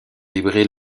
vibrer